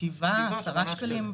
10 שקלים.